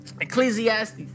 Ecclesiastes